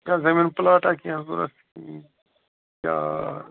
یہِ چھا زٔمیٖن پٕلاٹَہ کیٚنٛہہ ضوٚرَتھ یا